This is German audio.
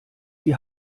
die